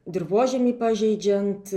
dirvožemį pažeidžiant